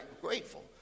grateful